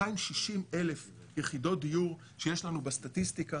ב-260,000 יחידות דיור שיש לנו בסטטיסטיקה